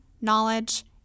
knowledge